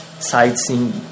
sightseeing